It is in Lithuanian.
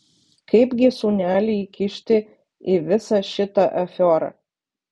kaipgi sūnelį įkiši į visą šitą afiorą